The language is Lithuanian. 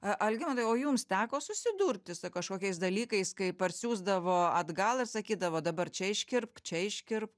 a algimantai o jums teko susidurti su kažkokiais dalykais kai parsiųsdavo atgal ir sakydavo dabar čia iškirpk čia iškirpk